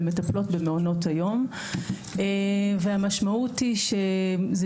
מטפלות במעונות היום והמשמעות היא שזה